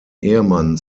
ehemann